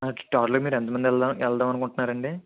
టోటల్గా మీరు ఎంత మంది వెళ్దాం వెళ్దాం అనుకుంటున్నారండి